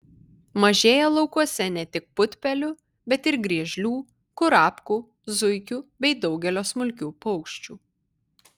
mažėja laukuose ne tik putpelių bet ir griežlių kurapkų zuikių bei daugelio smulkių paukščiukų